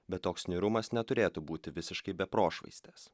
bet toks niūrumas neturėtų būti visiškai be prošvaistės